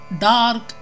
dark